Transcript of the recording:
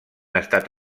estat